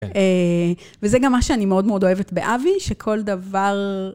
וזה גם מה שאני מאוד מאוד אוהבת באבי, שכל דבר...